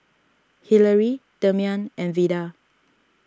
Hillary Demian and Veda